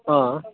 अँ